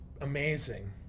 amazing